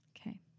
Okay